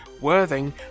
Worthing